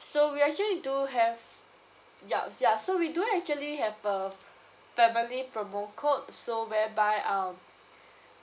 so we actually do have yup ya so we do actually have a family promo code so whereby um